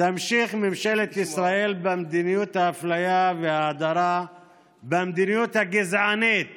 תמשיך ממשלת ישראל במדיניות האפליה וההדרה והמדיניות הגזענית